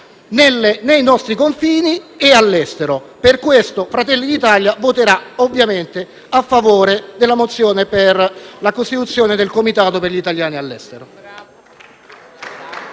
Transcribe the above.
nei nostri confini e all'estero. Per questo motivo, Fratelli d'Italia voterà ovviamente a favore della mozione per la costituzione del Comitato per gli italiani all'estero.